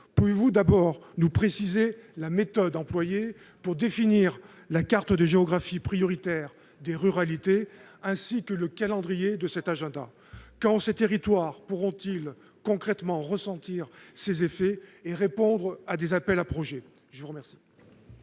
pouvez-vous nous préciser la méthode employée pour définir la carte de géographie prioritaire des ruralités, ainsi que le calendrier de cet agenda ? Quand ces territoires pourront-ils concrètement en ressentir les effets et répondre à des appels à projets ? La parole